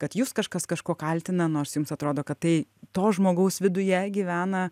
kad jus kažkas kažkuo kaltina nors jums atrodo kad tai to žmogaus viduje gyvena